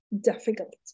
difficult